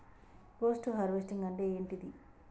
Post harvesting అంటే ఏంటిది?